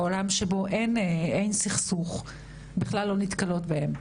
בעולם שבו אין סכסוך בכלל לא נתקלות בהן.